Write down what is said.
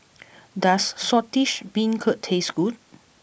does Saltish Beancurd taste good